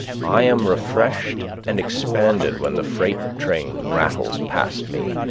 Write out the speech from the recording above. i am refreshed and expanded when the freight train rattles past me,